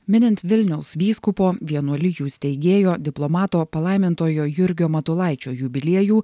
minint vilniaus vyskupo vienuolijų steigėjo diplomato palaimintojo jurgio matulaičio jubiliejų